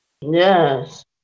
Yes